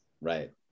Right